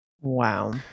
wow